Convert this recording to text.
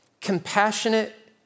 compassionate